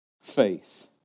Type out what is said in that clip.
Faith